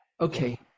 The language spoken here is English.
Okay